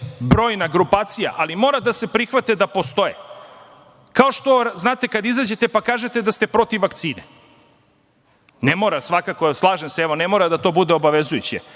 brojna grupacija, ali mora da se prihvati da postoje. Kao što znate, kada izađete pa kažete da ste protiv vakcine, slažem se ne mora da to bude obavezujuće,